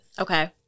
Okay